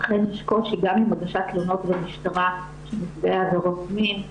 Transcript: אכן יש קושי גם עם הגשת תלונות במשטרה של נפגעי עבירות מין,